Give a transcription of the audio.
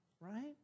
right